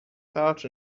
pouch